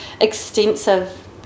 extensive